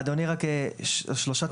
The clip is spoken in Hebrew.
אדוני, רק שלושה תיקונים.